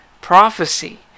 prophecy